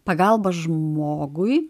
pagalba žmogui